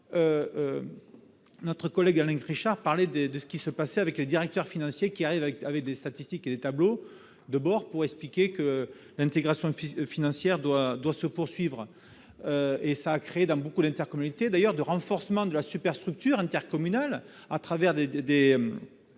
Notre collègue Alain Richard évoquait ces directeurs financiers qui arrivent avec des statistiques et des tableaux de bord, pour expliquer que l'intégration financière doit se poursuivre. Cela a créé dans de nombreuses intercommunalités un renforcement de la superstructure intercommunale, au travers de